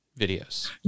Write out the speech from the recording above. videos